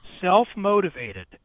Self-motivated